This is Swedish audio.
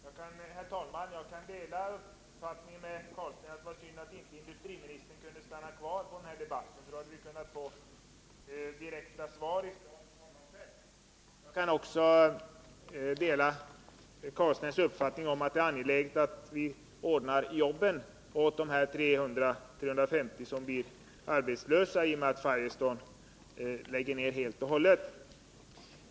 Herr talman! Jag kan dela Rune Carlsteins uppfattning att det var synd att inte industriministern kunde stanna kvar under den här debatten. Då hade vi kunnat få svar direkt av honom själv. Jag delar också Rune Carlsteins uppfattning att det är angeläget att vi ordnar jobb åt de 300-350 personer som blir arbetslösa genom att Firestone lägger ner driften helt och hållet.